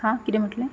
हा किदें म्हटलें